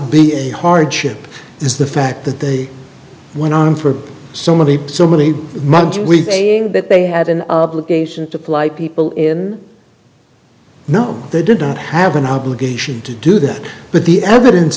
a hardship is the fact that they went on for so many so many months with saying that they had an obligation to fly people in no they didn't have an obligation to do that but the evidence